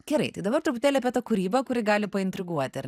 gerai tai dabar truputėlį apie tą kūrybą kuri gali paintriguot ar